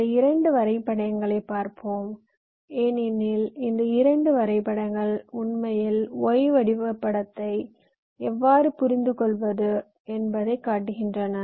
இந்த 2 வரைபடங்களைப் பார்ப்போம் ஏனெனில் இந்த 2 வரைபடங்கள் உண்மையில் Y வரைபடத்தை எவ்வாறு புரிந்துகொள்வது என்பதைக் காட்டுகின்றன